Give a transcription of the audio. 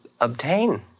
obtain